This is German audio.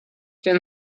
denn